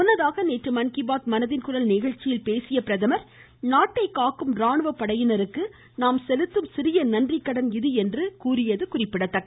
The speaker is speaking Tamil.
முன்னதாக நேற்று மன் கி பாத் மனதின் குரல் நிகழ்ச்சியில் பேசிய அவர் நாட்டை காக்கும் ராணுவப்படையினருக்கு நாம் செலுத்தும் சிறிய நன்றிக்கடன் இது என்று கூறியது குறிப்பிடத்தக்கது